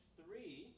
three